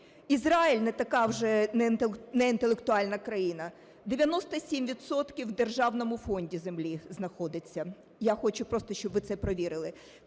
Ізраїль не така вже неінтелектуальна країна: 97 відсотків у державному фонді землі знаходиться. Я хочу просто щоб ви це провірили.